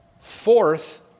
fourth